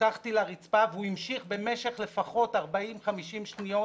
הוטחתי לרצפה והוא המשיך במשך לפחות 40-50 שניות,